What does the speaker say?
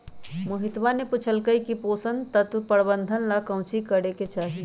मोहितवा ने पूछल कई की पोषण तत्व प्रबंधन ला काउची करे के चाहि?